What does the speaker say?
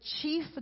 chief